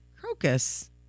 Crocus